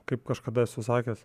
kaip kažkada esu sakęs